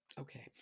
Okay